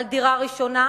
על דירה ראשונה,